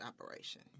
operation